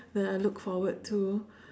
that I look forward to